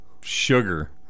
Sugar